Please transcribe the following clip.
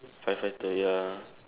fire fighter ya